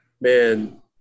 Man